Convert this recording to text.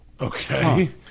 Okay